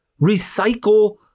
recycle